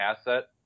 asset